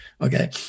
Okay